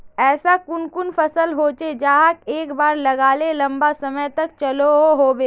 ऐसा कुन कुन फसल होचे जहाक एक बार लगाले लंबा समय तक चलो होबे?